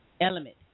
element